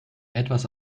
etwas